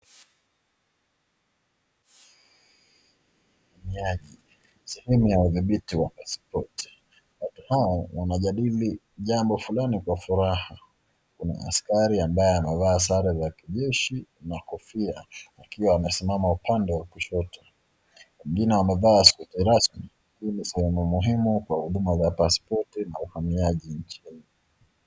Uhamiaji, sehemu ya udhibiti wa pasipoti. Watu hawa wanajadili jambo fulani kwa furaha. Kuna askari ambaye amevaa sare za kijeshi na kofia, akiwa amesimama upande wa kushoto. Wengine wamevaa suti rasmi. Hii ni sehemu muhimu kwa huduma za pasipoti na uhamiaji nchini.